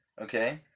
okay